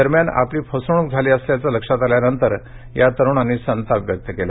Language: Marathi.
दरम्यान त्यातून फसवणूक झाली असल्याचे लक्षात आल्या नंतर या तरुणांनी संताप व्यक्त केला